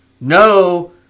no